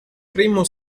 primo